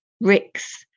ricks